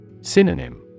Synonym